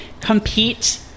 compete